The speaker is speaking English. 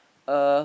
uh